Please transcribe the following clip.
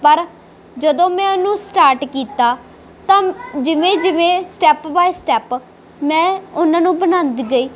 ਪਰ ਜਦੋਂ ਮੈਂ ਉਹਨੂੰ ਸਟਾਰਟ ਕੀਤਾ ਤਾਂ ਜਿਵੇਂ ਜਿਵੇਂ ਸਟੈਪ ਬਾਏ ਸਟੈਪ ਮੈਂ ਉਹਨਾਂ ਨੂੰ ਬਣਾਉਂਦੀ ਗਈ